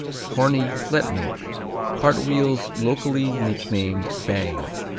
horny flet milk cartwheels locally nicknamed bang.